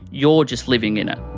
you're just living in it.